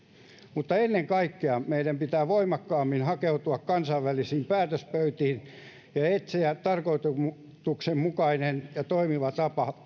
mutta ennen kaikkea meidän pitää voimakkaammin hakeutua kansainvälisiin päätöspöytiin ja ja etsiä tarkoituksenmukainen ja toimiva tapa